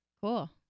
Cool